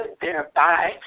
thereby